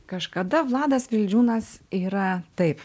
kažkada vladas vildžiūnas yra taip